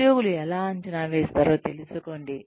ఉద్యోగులు ఎలా అంచనా వేస్తారో తెలుసుకోండి